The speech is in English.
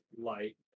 light